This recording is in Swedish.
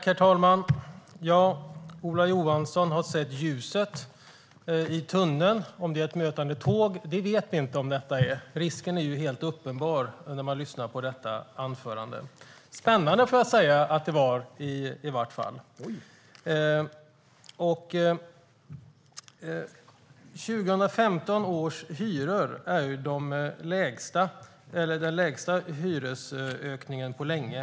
Herr talman! Ola Johansson har sett ljuset i tunneln. Om det är ett mötande tåg vet vi inte. Risken är helt uppenbar efter att ha lyssnat på detta anförande. Det var spännande i alla fall. 2015 års hyror är resultatet av den lägsta hyresökningen på länge.